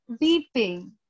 weeping